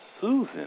Susan